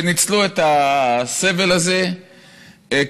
שניצלו את הסבל הזה כדי,